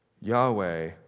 Yahweh